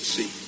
See